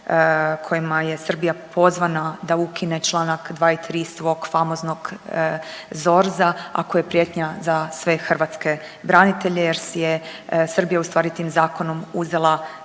kojima je Srbija pozvana da ukine Članak 2. i 3. svog famoznog ZORZ-a, a koji je prijetnja za sve hrvatske branitelje jer si je Srbija ustvari tim zakonom uzela